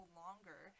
longer